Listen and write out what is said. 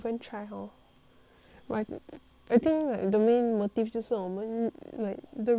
I think like the main motive 就是我们 like the rich become richer then 我们